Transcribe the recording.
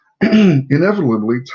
inevitably